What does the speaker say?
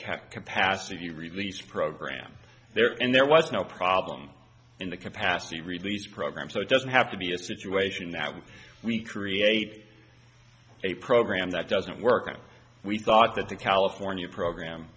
cap capacity release program there and there was no problem in the capacity release program so it doesn't have to be a situation that we create a program that doesn't work we thought that the california program